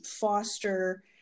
foster